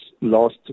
lost